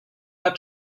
hat